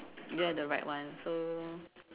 you don't have the right one so